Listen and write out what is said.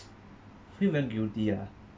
feel very guilty ah